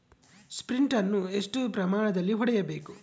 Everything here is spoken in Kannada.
ಸ್ಪ್ರಿಂಟ್ ಅನ್ನು ಎಷ್ಟು ಪ್ರಮಾಣದಲ್ಲಿ ಹೊಡೆಯಬೇಕು?